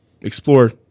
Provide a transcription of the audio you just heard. explore